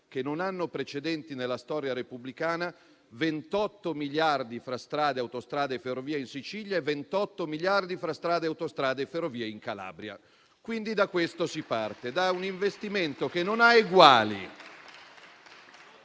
che non hanno precedenti nella storia repubblicana: 28 miliardi fra strade, autostrade e ferrovie in Sicilia e 28 miliardi fra strade, autostrade e ferrovie in Calabria. Da questo si parte. Da un investimento che non ha eguali: